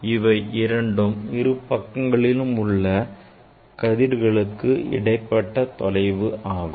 இவை இரண்டும் இரு பக்கங்களிலும் உள்ள கதிர்களுக்கு இடைப்பட்ட தொலைவு ஆகும்